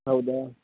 ಹೌದಾ